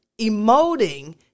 emoting